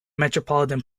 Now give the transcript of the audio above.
metropolitan